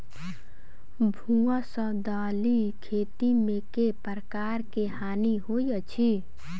भुआ सँ दालि खेती मे केँ प्रकार केँ हानि होइ अछि?